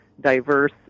diverse